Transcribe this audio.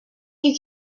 you